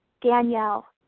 Danielle